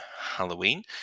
Halloween